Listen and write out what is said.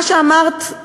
מה שאמרת,